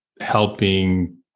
helping